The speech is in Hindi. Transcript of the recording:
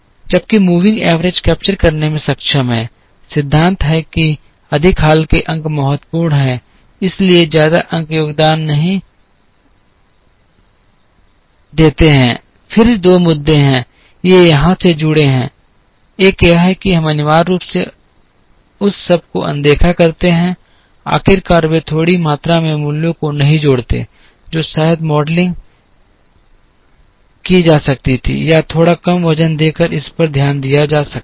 जबकि मूविंग एवरेज कैप्चर करने में सक्षम है सिद्धांत है कि अधिक हाल के अंक महत्वपूर्ण हैं पुराने अंक ज्यादा योगदान नहीं देते हैं फिर दो मुद्दे हैं वे यहां से जुड़े हैं एक यह है कि हम अनिवार्य रूप से उस सब को अनदेखा करते हैं आखिरकार वे थोड़ी मात्रा में मूल्यों को नहीं जोड़ते हैं जो शायद मॉडलिंग की जा सकती थी या थोड़ा कम वजन देकर इस पर ध्यान दिया जा सकता है